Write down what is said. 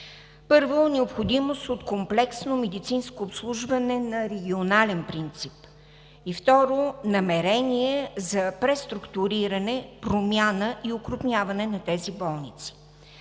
Първо, необходимост от комплексно медицинско обслужване на регионален принцип, и, второ, намерение за преструктуриране, промяна и окрупняване на тези болници.